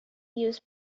use